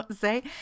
say